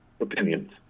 Opinions